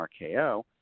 RKO